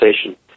Station